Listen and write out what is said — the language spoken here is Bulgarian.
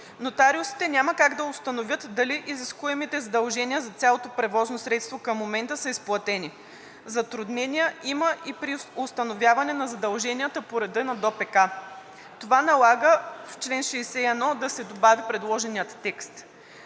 Нотариусите няма как да установят дали изискуемите задължения за цялото превозно средство към момента са изплатени. Затруднения има и при установяване на задълженията по реда на ДОПК. Това налага в чл. 61 да се добави предложеният текст.